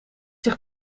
zich